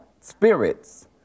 spirits